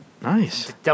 Nice